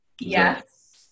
yes